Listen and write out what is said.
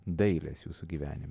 dailės jūsų gyvenime